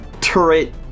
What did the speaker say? turret